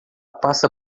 pasta